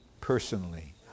personally